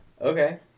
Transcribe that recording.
Okay